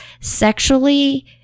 sexually